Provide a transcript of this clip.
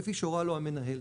כפי שהורה לו המנהל.".